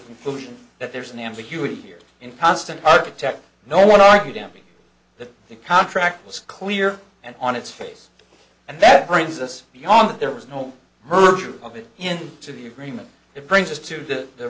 conclusion that there's an ambiguity here in constant architect no what are you doubting that the contract was clear and on its face and that brings us beyond that there was no merger of it in to the agreement it brings us to t